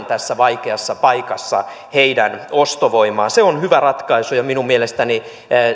tässä vaikeassa paikassa heidän ostovoimaansa se on hyvä ratkaisu ja minun mielestäni